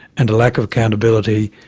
and a lack of accountability,